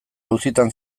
auzitan